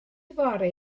fory